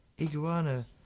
iguana